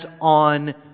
on